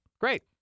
Great